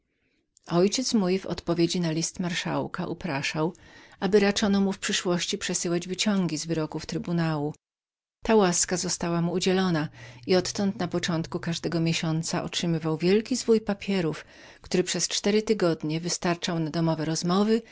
ojciec mój w odpowiedzi na list marszałka upraszał aby raczono mu w następstwie przesyłać wyciągi z wyroków trybunału ta łaska została mu udzieloną i odtąd każdego pierwszego miesiąca otrzymywał wielki zwój papierów który przez cztery tygodnie wystarczał na domowe rozmowy